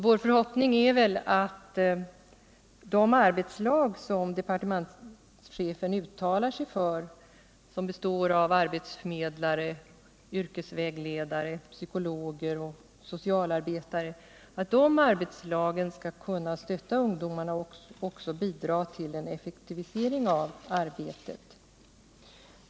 Vår förhoppning är att de arbetslag som departementschefen uttalar sig för och som består av arbetsförmedlare, yrkesvägledare, psykologer och socialarbetare, skall kunna stödja ungdomarna och även bidra till en effektivisering av arbetet.